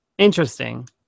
interesting